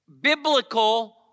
biblical